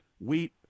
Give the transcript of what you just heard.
wheat